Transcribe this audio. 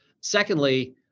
Secondly